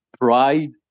Pride